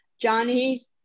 Johnny